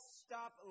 stop